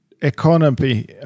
economy